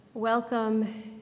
Welcome